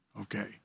okay